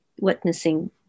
witnessing